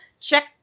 check